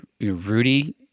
Rudy